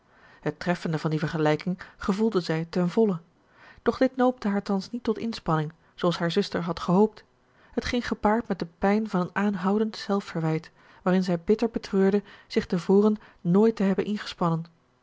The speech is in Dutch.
het treffende van die vergelijking gevoelde zij ten volle doch dit noopte haar thans niet tot inspanning zooals hare zuster had gehoopt het ging gepaard met de pijn van een aanhoudend zelfverwijt waarin zij bitter betreurde zich te voren nooit te hebben ingespannen